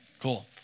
Cool